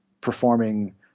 performing